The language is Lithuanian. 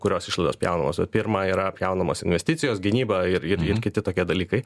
kurios išlaidos pjaunamos pirma yra pjaunamos investicijos gynyba ir ir ir kiti tokie dalykai